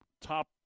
top